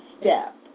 step